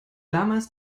damals